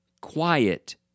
quiet